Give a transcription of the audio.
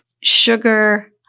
sugar